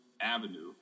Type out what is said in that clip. avenue